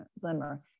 glimmer